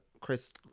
Chris